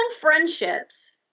friendships